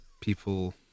people